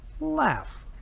Laugh